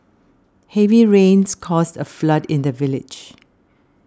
heavy rains caused a flood in the village